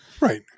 Right